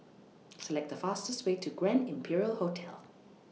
Select The fastest Way to Grand Imperial Hotel